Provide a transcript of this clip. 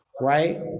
right